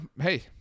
hey—